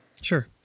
Sure